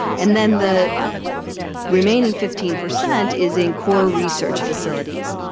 and then the remaining fifteen percent is in core research facilities,